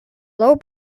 low